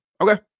Okay